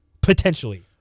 potentially